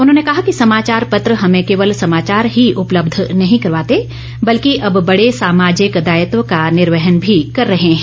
उन्होंने कहा कि समाचार पत्र हमें केवल समाचार ही उपलब्ध नहीं करवाते बल्कि अब बड़े सामाजिक दायित्व का निर्वहन भी कर रहे हैं